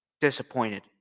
disappointed